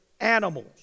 animals